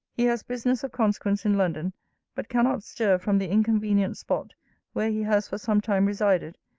he has business of consequence in london but cannot stir from the inconvenient spot where he has for some time resided,